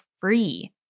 free